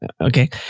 okay